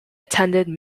attended